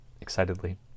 excitedly